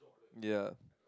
ya